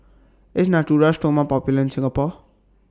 IS Natura Stoma Popular in Singapore